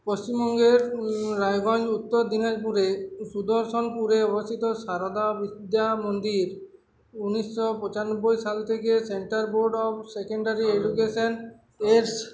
পশ্চিমবঙ্গের রায়গঞ্জ উত্তর দিনাজপুরে সুদর্শনপুরে অবস্থিত সারাদা বিদ্য মন্দির উনিশশো পঁচানব্বই সাল থেকে centre board of secondary education এর